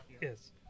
Yes